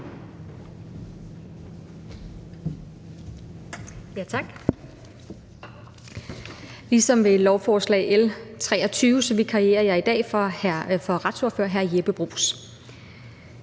(S): Tak. Ligesom ved lovforslag L 23 vikarierer jeg i dag for retsordfører hr. Jeppe Bruus.